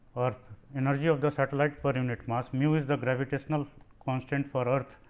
or energy of the satellite per unit mass, mu is the gravitational constant for earth.